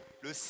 le